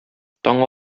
таң